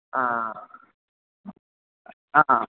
ആ ആ